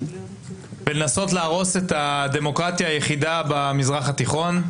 ולנסות לשמור על הדמוקרטיה היחידה במזרח התיכון.